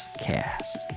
Cast